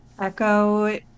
Echo